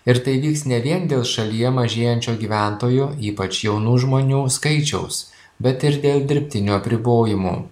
ir tai įvyks ne vien dėl šalyje mažėjančio gyventojų ypač jaunų žmonių skaičiaus bet ir dėl dirbtinių apribojimų